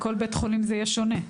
בכל בית חולים זה יהיה שונה.